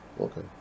Okay